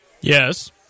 yes